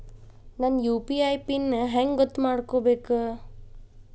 ನನ್ನ UPI PIN ಹೆಂಗ್ ಗೊತ್ತ ಮಾಡ್ಕೋಬೇಕು?